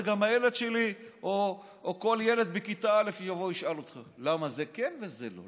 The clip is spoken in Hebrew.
את זה גם הילד שלי או כל ילד בכיתה א' יבוא וישאל: למה זה כן וזה לא?